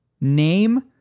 Name